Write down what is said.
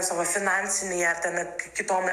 savo finansinei ar ten kitom